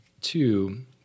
two